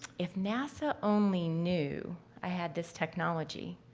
if nasa only knew i had this technology.